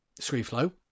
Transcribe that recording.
ScreenFlow